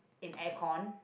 in air con